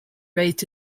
raised